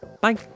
Bye